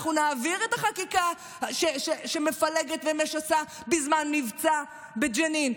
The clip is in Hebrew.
אנחנו נעביר את החקיקה שמפלגת ומשסה בזמן מבצע בג'נין,